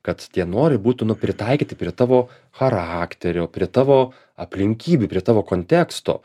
kad tie norai būtų nu pritaikyti prie tavo charakterio prie tavo aplinkybių prie tavo konteksto